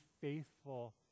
faithful